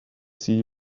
see